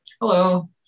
Hello